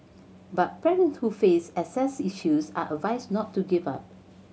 but parents who face access issues are advised not to give up